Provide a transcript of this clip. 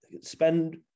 spend